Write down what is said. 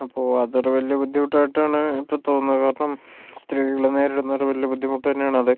അപ്പൊൾ അതൊരു വലിയ ബുദ്ധിമുട്ടായിട്ട് ആണ് ഇപ്പൊൾ തോന്നുക കാരണം സ്ത്രീകള് നേരിടുന്ന ഒരു വലിയ ബുദ്ധിമുട്ട് തന്നെയാണ് അത്